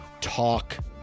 talk